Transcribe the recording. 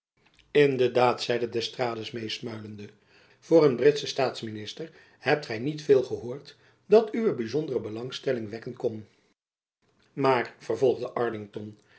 in de daad zeide d'estrades meesmuilende voor een britschen staatsminister hebt gy niet veel gehoord dat uwe byzondere belangstelling wekken kon maar vervolgde arlington